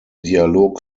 dialog